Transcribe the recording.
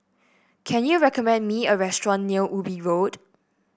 can you recommend me a restaurant near Ubi Road